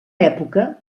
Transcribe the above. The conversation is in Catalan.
època